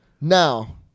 Now